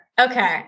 Okay